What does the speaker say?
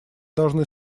должны